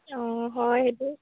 অঁ হয় সেইটো